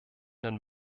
den